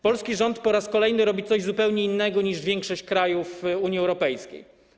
Polski rząd po raz kolejny robi coś zupełnie innego niż większość krajów Unii Europejskiej.